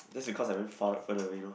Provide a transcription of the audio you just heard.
that's because I went far further away no